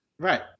Right